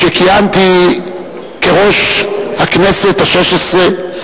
כשכיהנתי כיושב-ראש הכנסת השש-עשרה,